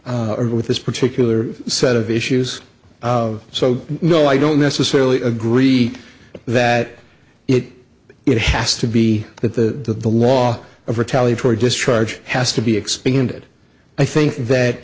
or with this particular set of issues so no i don't necessarily agree that it it has to be that the law of retaliatory discharge has to be expanded i think that